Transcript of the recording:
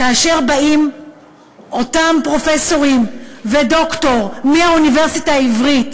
כאשר באים אותם פרופסורים ודוקטור מהאוניברסיטה העברית